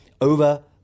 over